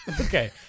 Okay